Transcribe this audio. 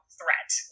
threat